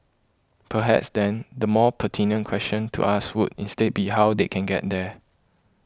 perhaps then the more pertinent question to ask would instead be how they can get there